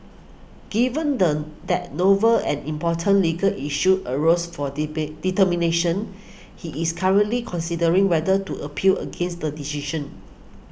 given the that novel and important legal issues arose for determination he is currently considering whether to appeal against the decision